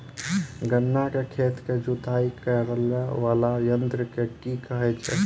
गन्ना केँ खेत केँ जुताई करै वला यंत्र केँ की कहय छै?